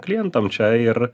klientam čia ir